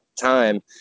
time